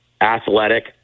athletic